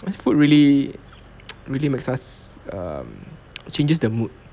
food really really makes us um changes the mood